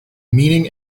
meaning